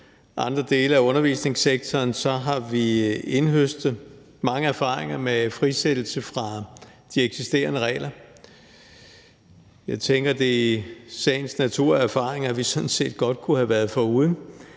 andre dele af undervisningssektoren, så har vi indhøstet mange erfaringer med frisættelse fra de eksisterende regler. Jeg tænker, at det i sagens natur er erfaringer, vi sådan set godt kunne have været foruden,